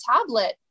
tablet